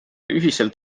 ühiselt